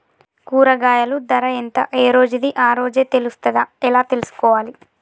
కూరగాయలు ధర ఎంత ఏ రోజుది ఆ రోజే తెలుస్తదా ఎలా తెలుసుకోవాలి?